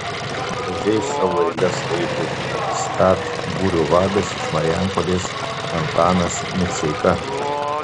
gražiai savo eiles skaitė skat būrio vadas iš marijampolės antanas miceika